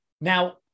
Now